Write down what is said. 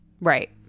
right